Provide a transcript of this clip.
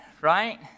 right